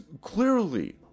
clearly